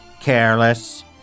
careless